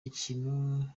ikintu